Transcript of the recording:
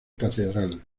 catedral